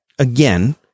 Again